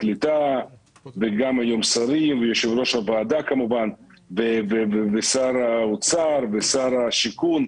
קליטה וגם היום שרים ויושב-ראש הוועדה כמובן ושר האוצר ושר השיכון,